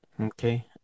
Okay